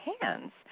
hands